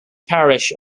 parish